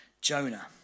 Jonah